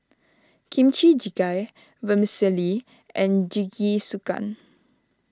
Kimchi Jjigae Vermicelli and Jingisukan